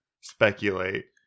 speculate